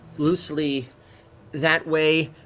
loosely that way,